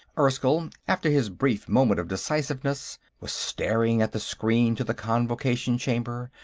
erskyll, after his brief moment of decisiveness, was staring at the screen to the convocation chamber,